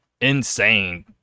insane